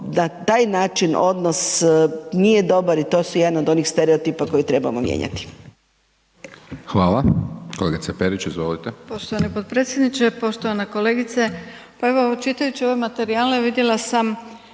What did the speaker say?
na taj način odnos nije dobar i to su jedan od onih stereotipa koje trebamo mijenjati.